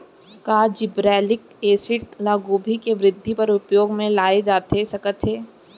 का gibberellic acid ल गोभी के वृद्धि बर उपयोग म लाये जाथे सकत हे?